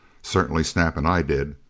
certainly snap and i did.